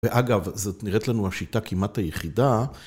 ואגב, זאת נראית לנו השיטה כמעט היחידה.